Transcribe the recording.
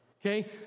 okay